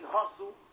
Hustle